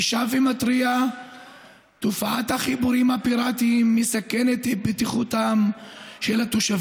אני שב ומתריע שתופעת החיבורים הפיראטיים מסכנת את בטיחות התושבים,